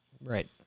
Right